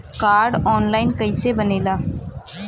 Card online कइसे बनेला?